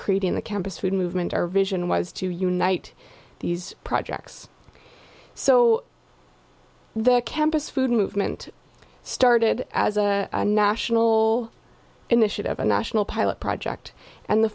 creating the campus food movement our vision was to unite these projects so the campus food movement started as a national initiative a national pilot project and the